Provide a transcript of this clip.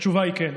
התשובה היא כן.